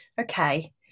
okay